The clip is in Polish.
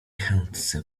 chętce